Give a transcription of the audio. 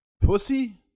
Pussy